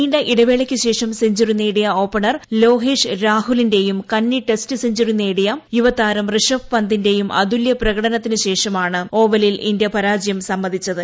നീണ്ട ഇടവേളയ്ക്കു ശേഷം സെഞ്ചറി നേടിയ ഓപ്പണർ ലോകേഷ് രാഹുലിന്റെയും കന്നി ടെസ്റ്റ് സെഞ്ചറി നേടിയ യുവതാരം റിഷഭ് പന്തിന്റെയും അതുല്യ പ്രകടനത്തിനു ശേഷമാണ് ഓവലിൽ ഇന്ത്യ പരാജയം സമ്മതിച്ചത്